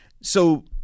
So-